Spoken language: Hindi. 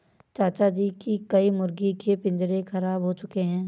चाचा जी के कई मुर्गी के पिंजरे खराब हो चुके हैं